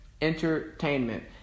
Entertainment